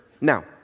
Now